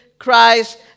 christ